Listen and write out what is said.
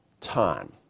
time